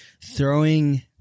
throwing